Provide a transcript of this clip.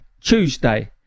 Tuesday